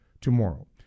tomorrow